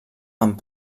amb